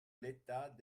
l’état